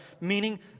meaning